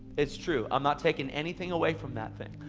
it's true, i'm not taking anything away from that thing,